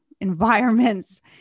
environments